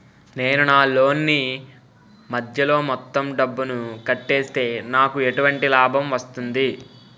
నేను నా లోన్ నీ మధ్యలో మొత్తం డబ్బును కట్టేస్తే నాకు ఎటువంటి లాభం వస్తుంది?